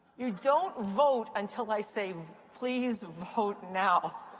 you don't vote until i say please vote now.